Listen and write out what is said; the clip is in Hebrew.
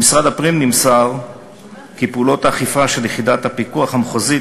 ממשרד הפנים נמסר כי פעולות האכיפה של יחידת הפיקוח המחוזית